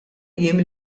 jiem